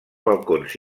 balcons